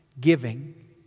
giving